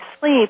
sleep